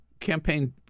Campaign